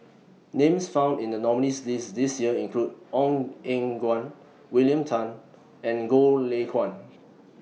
Names found in The nominees' list This Year include Ong Eng Guan William Tan and Goh Lay Kuan